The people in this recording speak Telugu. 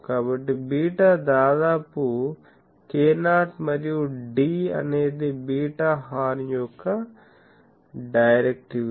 కాబట్టి బీటా దాదాపు k0 మరియు D అనేది బీటా హార్న్ యొక్క డైరెక్ట్విటీ